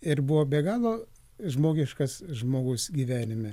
ir buvo be galo žmogiškas žmogus gyvenime paprastas